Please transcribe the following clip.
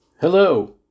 Hello